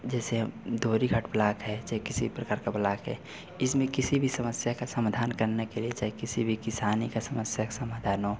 जैसे धोरी घाट ब्लाक है चाहे किसी प्रकार का ब्लाक है इसमें किसी भी समस्या का समाधान करने के लिए चाहे किसी भी किसान ही की समस्या का समाधान हो